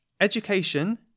education